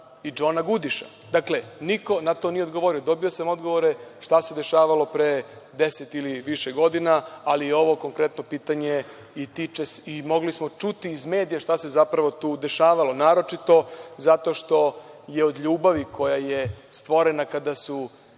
i Džona Gudiša. Dakle, niko na to nije odgovorio. Dobio sam odgovore šta se dešavalo pre deset ili više godina, ali ovo konkretno pitanje i tiče se i mogli smo čuti iz medija šta se zapravo tu dešavalo, naročito zašto što je od ljubavi koja je stvorena kada su